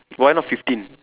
why not fifteen